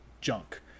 junk